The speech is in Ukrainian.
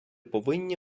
повинні